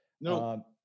No